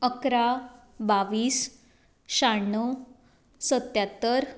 अकरा बावीस श्याणव सत्त्यातर